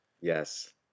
Yes